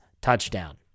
touchdown